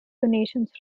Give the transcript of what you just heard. donations